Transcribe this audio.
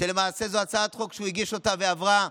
למעשה זו הצעת חוק שהוא הגיש, והיא עברה.